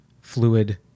fluid